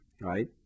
right